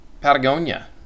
Patagonia